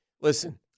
Listen